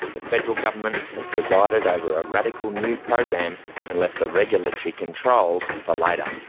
the federal government has presided over a radical new program and left the regulatory controls for later.